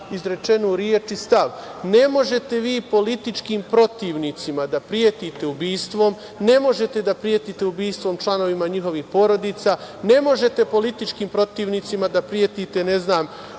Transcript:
izrečenu reč i stav. Ne možete vi političkim protivnicima da pretite ubistvom, ne možete da pretite ubistvom članovima njihovih porodica, ne možete političkim protivnicima da pretite, ne znam